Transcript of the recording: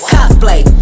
Cosplay